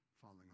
falling